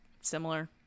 similar